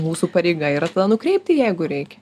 mūsų pareiga yra nukreipti jeigu reikia